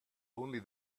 only